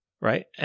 right